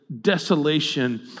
desolation